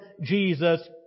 Jesus